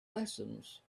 lessons